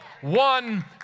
One